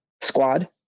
squad